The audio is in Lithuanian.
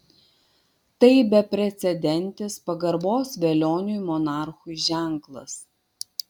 tai beprecedentis pagarbos velioniui monarchui ženklas